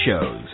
shows